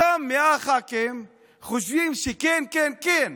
אותם מאה ח"כים חושבים שכן, כן: